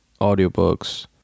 audiobooks